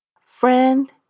Friend